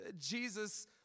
Jesus